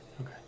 Okay